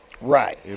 Right